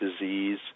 disease